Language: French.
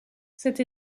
cette